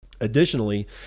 Additionally